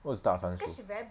what is 大番薯